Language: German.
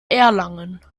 erlangen